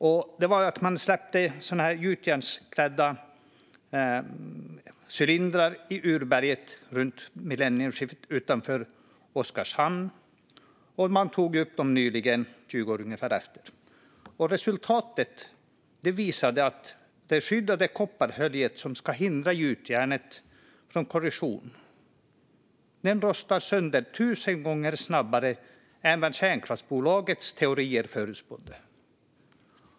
Runt millennieskiftet släppte man ned gjutjärnsklädda cylindrar i urberget utanför Oskarshamn, och man tog nyligen upp dem ungefär 20 år därefter. Resultatet visade att det skyddande kopparhölje som ska hindra gjutjärnet från korrosion hade rostat sönder tusen gånger snabbare än vad kärnkraftsbolagets teorier förutspådde.